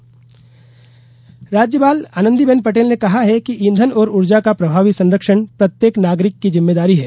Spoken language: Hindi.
राज्यपाल राज्यपाल आनंदीबेन पटेल ने कहा है कि ईधन और ऊर्जा का प्रभावी संरक्षण प्रत्येक नागरिक की जिम्मेदारी है